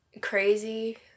crazy